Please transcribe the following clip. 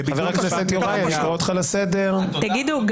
זאת לא